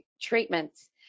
treatments